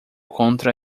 contra